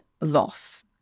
loss